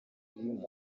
irimo